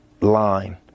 line